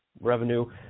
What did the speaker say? revenue